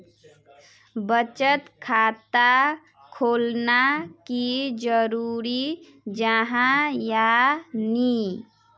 बचत खाता खोलना की जरूरी जाहा या नी?